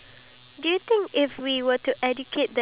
why do you think it's much more harder